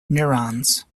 neurons